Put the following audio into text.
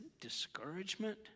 discouragement